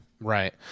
Right